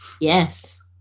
yes